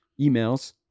emails